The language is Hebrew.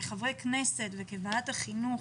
כחברי כנסת וכוועדת החינוך,